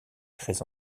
très